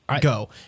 go